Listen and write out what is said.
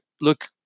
look